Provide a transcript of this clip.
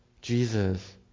Jesus